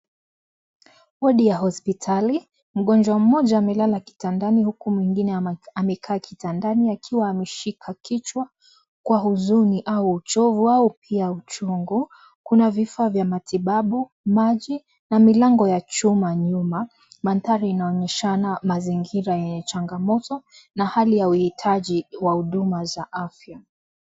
Bodi ya hospitali, mgonjwa mmoja amelala kitandani huku mwingine amekaa kitandani akiwa ameshika kichwa kwa huzuni au uchovu au pia uchungu. Kuna vifaa vya matibabu, maji na milango ya chuma nyuma. Mandhari inaonyeshana mazingira yenye changamoto na hali ya uhitaji wa huduma za afya.